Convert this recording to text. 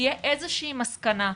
תהיה איזושהי מסקנה.